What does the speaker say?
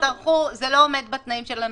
זה לא עומד בתנאים של הנומרטור.